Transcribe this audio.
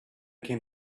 came